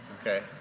Okay